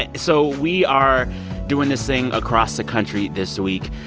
and so we are doing this thing across the country this week.